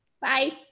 Bye